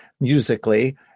musically